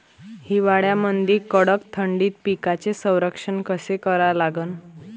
हिवाळ्यामंदी कडक थंडीत पिकाचे संरक्षण कसे करा लागन?